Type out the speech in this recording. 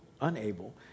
unable